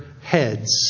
heads